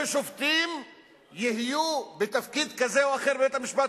ששופטים יהיו בתפקיד כזה או אחר בבית-המשפט